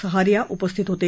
सहारिया उपस्थित होते